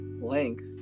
length